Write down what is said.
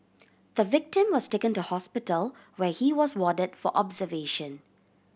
the victim was taken to hospital where he was warded for observation